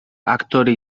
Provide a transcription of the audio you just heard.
aktore